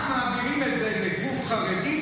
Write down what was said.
רק מעבירים את זה לגוף חרדי,